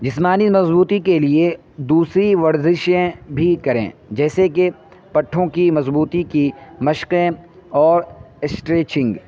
جسمانی مضبوطی کے لیے دوسری ورزشیں بھی کریں جیسے کہ پٹھوں کی مضبوطی کی مشقیں اور اسٹریچنگ